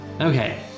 Okay